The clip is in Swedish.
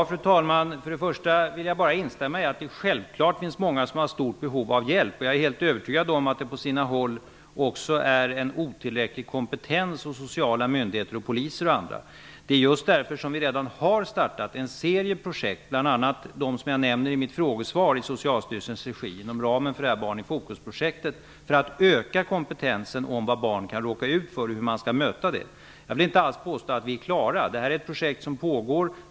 Fru talman! Först vill jag instämma i att det självfallet finns många som har stort behov av hjälp. Jag är också helt övertygad om att det på sina håll finns en otillräcklig kompetens hos sociala myndigheter, poliser och andra. Det är därför som vi redan har startat en serie projekt, bl.a. dem som jag nämner i mitt frågesvar i Socialstyrelsens regi inom ramen för Barn i fokus-projektet, för att öka kompetensen om vad barn kan råka ut för och hur man skall möta det. Jag vill inte alls påstå att vi är klara. Det här är ett projekt som pågår.